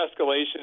escalation